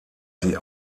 sie